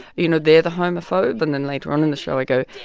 you know, they're the homophobe. and then later on in the show, i go,